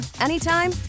anytime